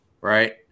right